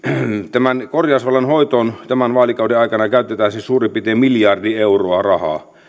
tämän korjausvelan hoitoon tämän vaalikauden aikana käytetään siis suurin piirtein miljardi euroa rahaa